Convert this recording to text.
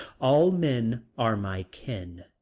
all men are my kin,